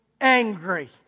angry